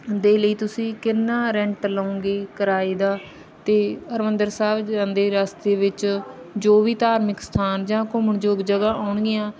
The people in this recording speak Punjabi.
ਦੇ ਲਈ ਤੁਸੀਂ ਕਿੰਨਾ ਰੈਂਟ ਲਊਂਗੇ ਕਿਰਾਏ ਦਾ ਅਤੇ ਹਰਿਮੰਦਰ ਸਾਹਿਬ ਜਾਂਦੇ ਰਸਤੇ ਵਿੱਚ ਜੋ ਵੀ ਧਾਰਮਿਕ ਸਥਾਨ ਜਾਂ ਘੁੰਮਣ ਯੋਗ ਜਗ੍ਹਾ ਆਉਣਗੀਆਂ